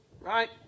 right